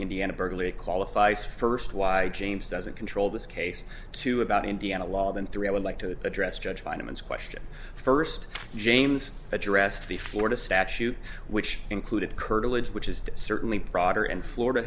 indiana berkeley qualifies first why james doesn't control this case two about indiana law than three i would like to address judge finance question first james addressed the florida statute which included curtilage which is certainly prodder and florida